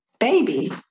baby